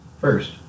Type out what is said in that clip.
first